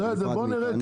בסדר, בוא נראה.